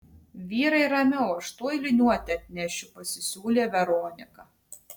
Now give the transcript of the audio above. vyrai ramiau aš tuoj liniuotę atnešiu pasisiūlė veronika